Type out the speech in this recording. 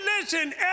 listen